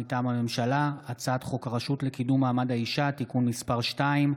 מטעם הממשלה: הצעת חוק הרשות לקידום מעמד האישה (תיקון מס' 2)